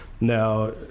Now